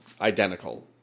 identical